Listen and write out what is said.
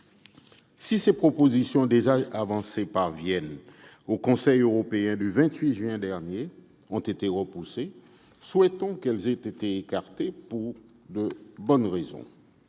Ces propositions, déjà avancées par Vienne au Conseil européen du 28 juin dernier, ont été repoussées ; souhaitons que ce soit pour de bonnes raisons.